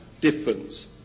difference